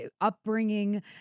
upbringing